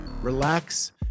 relax